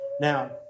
Now